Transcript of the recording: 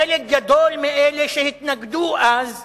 חלק גדול מאלה שהתנגדו אז,